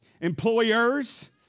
employers